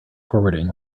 forwarding